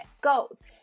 goals